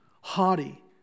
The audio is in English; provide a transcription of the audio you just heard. haughty